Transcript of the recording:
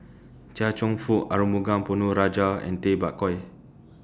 Chia Cheong Fook Arumugam Ponnu Rajah and Tay Bak Koi